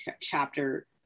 chapter